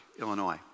Illinois